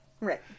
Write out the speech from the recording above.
Right